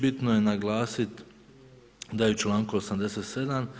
Bitno je naglasit da je u članku 87.